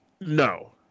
No